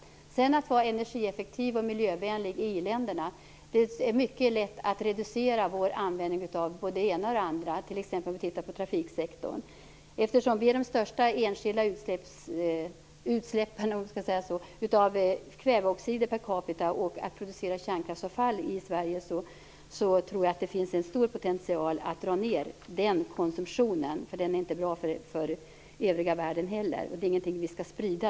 När det gäller frågan om att vara energieffektiv och miljövänlig i i-länderna kan jag säga att det är mycket lätt att reducera vår användning av både det ena och det andra. Som exempel kan nämnas trafiksektorn. Per capita har vi de största enskilda utsläppen av kväveoxider och största andelen producerat kärnkraftsavfall. Därför tror jag att det finns en stor potential för att dra ned den konsumtionen, som inte är bra för den övriga världen heller. Dåliga exempel är ingenting som vi skall sprida.